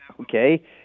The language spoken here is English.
okay